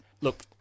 Look